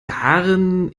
darin